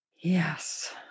Yes